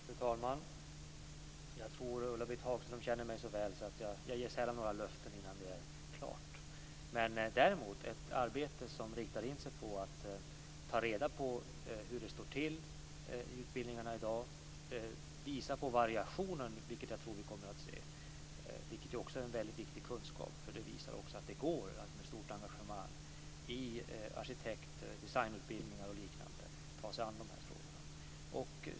Fru talman! Jag tror att Ulla-Britt Hagström känner mig så väl att hon vet att jag sällan ger några löften innan det är klart. Men jag tror att vi kommer att se ett arbete som riktar in sig på att ta reda på hur det står till i utbildningarna i dag och som visar på variationen, vilket ju också är en väldigt viktig kunskap, eftersom det också visar att det med stort engagemang i arkitekt och designutbildningar och liknande går att ta sig an dessa frågor.